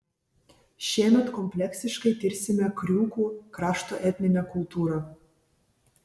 šiemet kompleksiškai tirsime kriūkų krašto etninę kultūrą